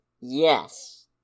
Yes